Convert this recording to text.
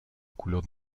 couleur